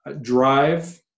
drive